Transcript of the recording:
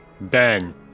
Ben